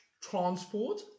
transport